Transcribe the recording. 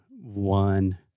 one